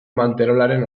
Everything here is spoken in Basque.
manterolaren